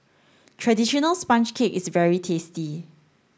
traditional sponge cake is very tasty